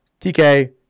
TK